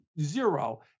Zero